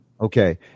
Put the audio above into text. Okay